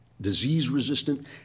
disease-resistant